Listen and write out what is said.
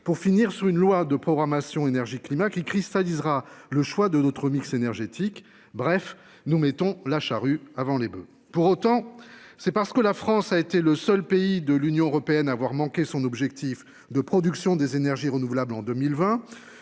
pour finir sur une loi de programmation énergie-climat qui cristallisera le choix de notre mix énergétique. Bref, nous mettons la charrue avant les boeufs, pour autant c'est parce que la France a été le seul pays de l'Union européenne à avoir manqué son objectif de production des énergies renouvelables en 2020